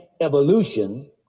evolution